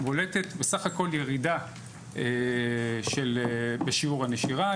בסך הכול בולטת ירידה בשיעור הנשירה,